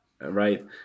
right